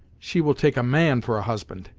she will take a man for a husband,